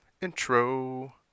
intro